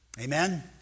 Amen